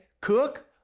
cook